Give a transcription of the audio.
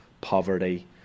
poverty